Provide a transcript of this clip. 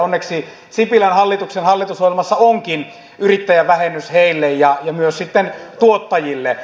onneksi sipilän hallituksen hallitusohjelmassa onkin yrittäjävähennys heille ja myös tuottajille